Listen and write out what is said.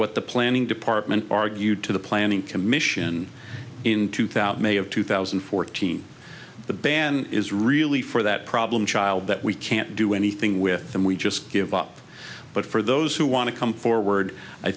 what the planning department argued to the planning commission in two thousand may of two thousand and fourteen the ban is really for that problem child that we can't do anything with and we just give up but for those who want to come forward i